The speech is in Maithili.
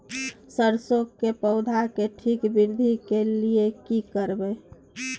सरसो के पौधा के ठीक वृद्धि के लिये की करबै?